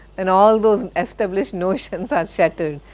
and all those established notions are shattered.